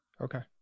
okay